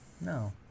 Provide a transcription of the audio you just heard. No